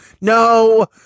No